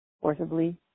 forcibly